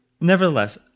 nevertheless